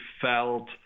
felt